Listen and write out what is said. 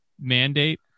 mandate